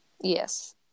Yes